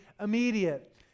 immediate